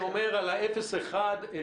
ולכן אני אומר על אפס עד אחד,